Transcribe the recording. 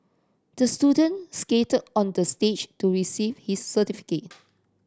the student skate onto the stage to receive his certificate